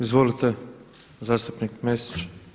Izvolite zastupnik Mesić.